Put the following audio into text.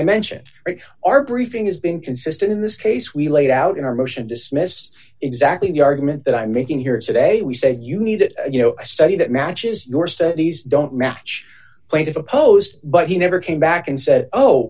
i mentioned or you are briefing is being consistent in this case we laid out in our motion to dismiss exactly the argument that i'm making here today we said you need you know a study that matches your studies don't match plaintiff opposed but he never came back and said oh